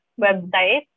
website